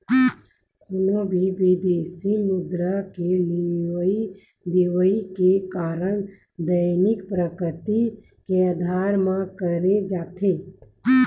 कोनो भी बिदेसी मुद्रा के लेवई देवई के कारज दैनिक प्रकृति के अधार म करे जाथे